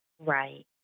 Right